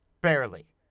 Barely